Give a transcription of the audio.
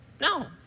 no